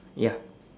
ya